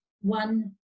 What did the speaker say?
one